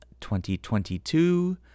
2022